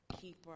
keeper